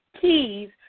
Keys